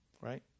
Right